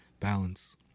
balance